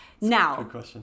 Now